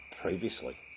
previously